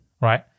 right